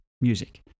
music